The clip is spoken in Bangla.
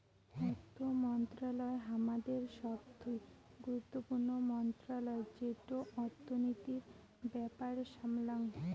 অর্থ মন্ত্রণালয় হামাদের সবথুই গুরুত্বপূর্ণ মন্ত্রণালয় যেটো অর্থনীতির ব্যাপার সামলাঙ